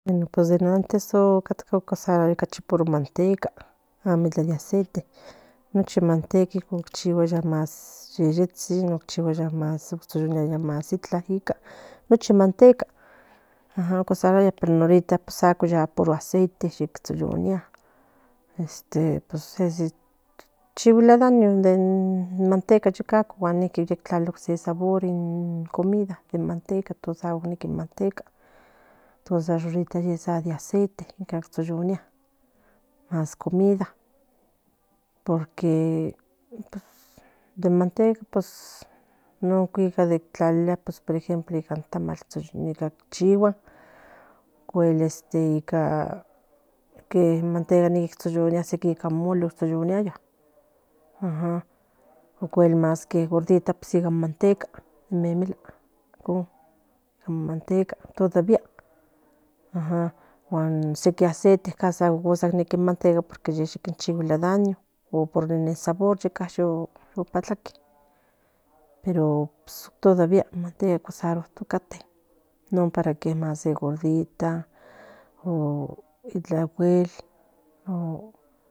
Bueno pues in antes catca manteca amo ica asiste nochi nichihuaya más in yeyetsin itla pues horita aceita tsoyonia chiguilia daño mtecaocse sabor in manteca por eso amo nequi manteca sa ya de aceite tsoyonia más in comida porque in manteca no pues cuitla por ejemplo ica tamal ichigua ica manteca tsoyoniaya ica molí ajam ocuel más que in gordita y ca manteca icon todavía ajam gan sequi aceite in manteca amo porque sequi nechuiguilia daño non para in gordita itla ocuel